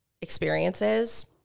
experiences